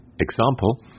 example